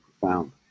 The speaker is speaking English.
profound